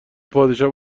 پادشاه